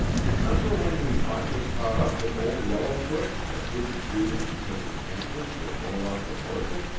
remember when we finally caught up with old yellowfoot but didn't shoot him because his antlers were no longer worth it?